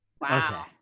Wow